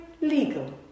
legal